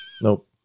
Nope